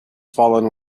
fallen